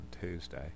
Tuesday